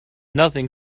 nothing